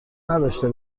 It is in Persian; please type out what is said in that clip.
نداشته